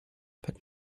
but